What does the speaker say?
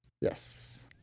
Yes